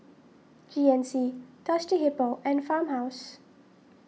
G N C Thirsty Hippo and Farmhouse